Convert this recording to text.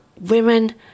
women